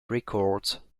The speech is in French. records